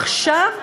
עכשיו,